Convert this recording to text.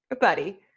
buddy